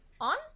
on